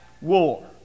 war